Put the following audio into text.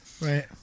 Right